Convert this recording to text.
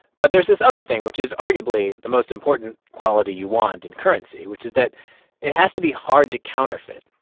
but there's this other thing which is arguably the most important quality you want in currency which is that it has to be hard to counterfeit.